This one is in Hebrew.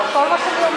חברת הכנסת עאידה